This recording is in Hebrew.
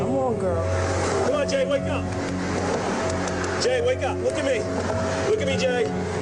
מכורים הרבה מאוד מהם לא למה שאנחנו רגילים לחשוב,